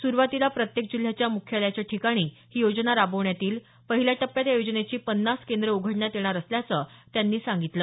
सुरुवातीला प्रत्येक जिल्ह्याच्या मुख्यालयाच्या ठिकाणी ही योजना राबवण्यात येईल पहिल्या टप्प्यात या योजनेची पन्नास केंद्र उघडण्यात येणार असल्याचं मुख्यमंत्र्यांनी सांगितलं